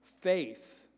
Faith